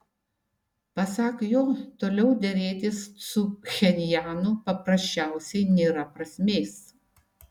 pasak jo toliau derėtis su pchenjanu paprasčiausiai nėra prasmės